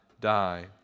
die